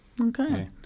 okay